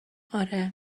آره